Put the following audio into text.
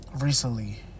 recently